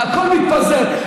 הכול מתפזר.